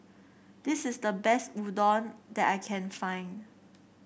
this is the best Udon that I can find